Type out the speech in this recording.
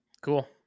cool